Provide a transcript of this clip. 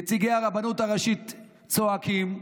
נציגי הרבנות הראשית צועקים,